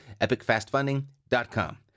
epicfastfunding.com